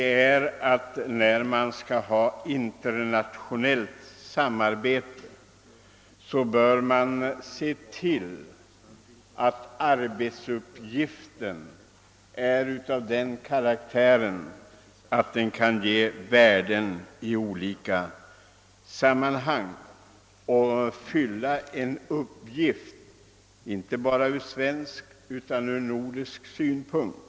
När det nu skall etableras internationellt samarbete på detta område har jag varit angelägen om att framhålla att man skall se till att det verkligen avkastar värdefulla resultat. Det skall fylla en verklig uppgift från inte bara svensk utan även nordisk synpunkt.